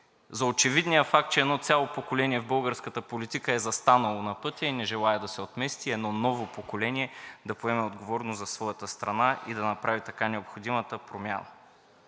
за очевидния факт, че едно цяло поколение в българската политика е застанало на пътя и не желае да се отмести, а едно ново поколение да поеме отговорност за своята страна и да направи така необходимата промяна.